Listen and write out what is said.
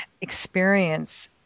experience